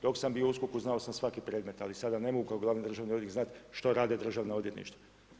Dok sam bio u USKOK-u znao sam svaki predmet, ali sada ne mogu kao glavni državni odvjetnik znati što rade državna odvjetništva.